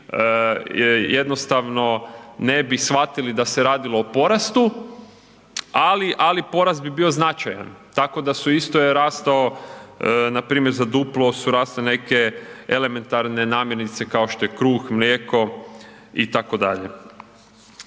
jednostavno ne bi shvatili da se radilo o porastu, ali porast bi bio značajan. Tako da su isto je rastao npr. za duplo su rasle neke elementarne namirnice kao što je kruh, mlijeko itd.